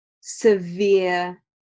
severe